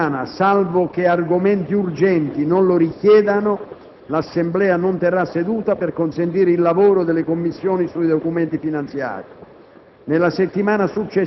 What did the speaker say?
La prossima settimana, salvo che argomenti urgenti non lo richiedano, l'Assemblea non terrà seduta per consentire il lavoro delle Commissioni sui documenti finanziari.